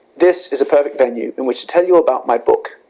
this is a perfect venue in which to tell you about my book,